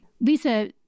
Lisa